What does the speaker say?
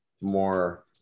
more